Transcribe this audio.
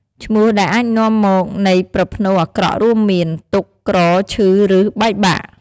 ឈ្មោះដែលអាចនាំមកនៃប្រភ្នូរអាក្រក់រួមមាន "ទុក្ខ" "ក្រ" "ឈឺ" ឬ "បែកបាក់"។